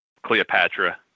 Cleopatra